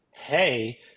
hey